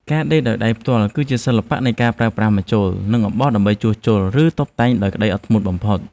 ការដេរដោយដៃផ្ទាល់ គឺជាសិល្បៈនៃការប្រើប្រាស់ម្ជុល និងអំបោះដើម្បីជួសជុល ឬតុបតែងដោយក្តីអត់ធ្មត់បំផុត។